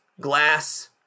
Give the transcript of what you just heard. Glass